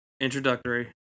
introductory